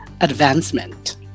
advancement